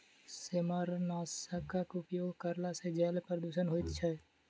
सेमारनाशकक उपयोग करला सॅ जल प्रदूषण होइत छै